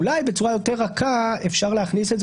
אולי בצורה רכה יותר אפשר להכניס את זה